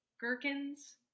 gherkins